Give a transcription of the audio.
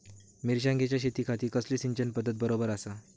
मिर्षागेंच्या शेतीखाती कसली सिंचन पध्दत बरोबर आसा?